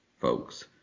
folks